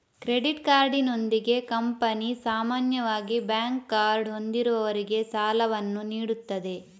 credit ಕಾರ್ಡಿನೊಂದಿಗೆ company ಸಾಮಾನ್ಯವಾಗಿ bank card ಹೊಂದಿರುವವರಿಗೆ ಸಾಲವನ್ನು ನೀಡುತ್ತದೆ